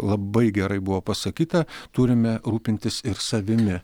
labai gerai buvo pasakyta turime rūpintis ir savimi